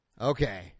Okay